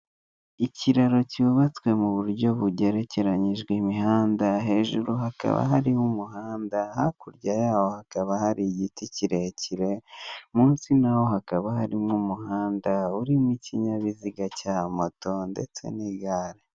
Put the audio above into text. Ikiraro cy'ubatswe mu buryo bugerekeranyijwe imihanda, hejuru hakaba harimo umuhanda hakurya yaho hakaba hari igiti kirekire, munsi naho hakaba harimo umuhanda urimo ikinyabiziga cya moto ndetse n'igare.